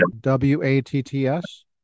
W-A-T-T-S